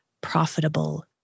profitable